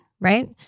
right